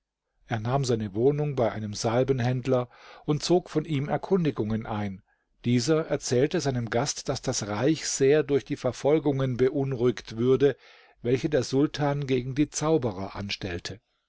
er nahm seine wohnung bei einem salbenhändler und zog von ihm erkundigungen ein dieser erzählte seinem gast daß das reich sehr durch die verfolgungen beunruhigt würde welche der sultan gegen die zauberer anstellte